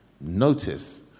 Notice